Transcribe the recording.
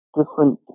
different